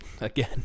Again